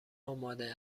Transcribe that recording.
آماده